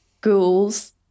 ghouls